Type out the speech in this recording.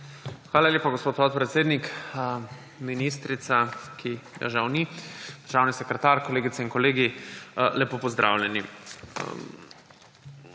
Hvala lepa, gospod podpredsednik. Ministrica, ki je žal ni, državni sekretar, kolegice in kolegi, lepo pozdravljeni!